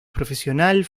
profesional